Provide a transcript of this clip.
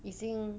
已经